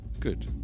Good